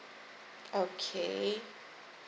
okay